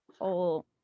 whole